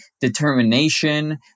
determination